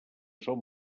són